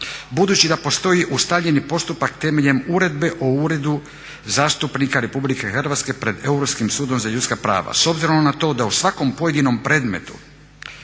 budući da postoji ustaljeni postupak temeljem Uredbe o Uredu zastupnika RH pred Europskim sudom za ljudska prava. S obzirom na to da u svakom pojedinom predmetu,